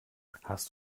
hast